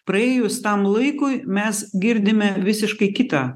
praėjus tam laikui mes girdime visiškai kitą